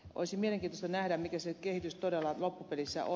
olisi mielenkiintoista nähdä mikä se kehitys todella loppupelissä on